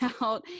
out